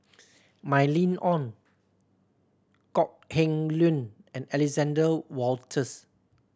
Mylene Ong Kok Heng Leun and Alexander Wolters